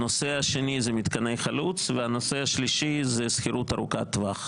הנושא השני זה מתקני חלוץ והנושא השלישי זה שכירות ארוכת טווח.